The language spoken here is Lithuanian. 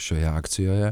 šioje akcijoje